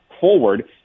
forward